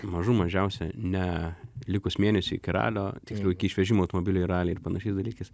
mažų mažiausiai ne likus mėnesiui iki ralio tiksliau iki išvežimo automobilio ralyje ir panašiais dalykais